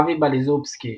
אבי בליזובסקי,